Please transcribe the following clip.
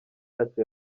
yacu